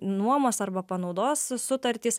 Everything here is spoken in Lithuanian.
nuomos arba panaudos sutartys